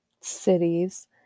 cities